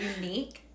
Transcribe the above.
unique